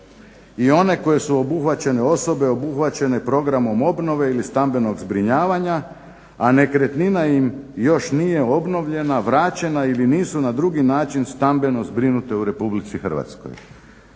i one koje su obuhvaćene, osobe obuhvaćene programom obnove ili stambenog zbrinjavanja a nekretnina im još nije obnovljena, vraćena ili nisu na drugi način stambeno zbrinute u Republici Hrvatskoj.